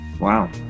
wow